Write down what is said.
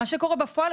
מה שקורה בפועל,